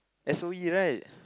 S_O_E right